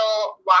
walk